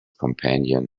companion